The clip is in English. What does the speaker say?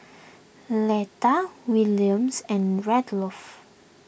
letter Williams and Rudolph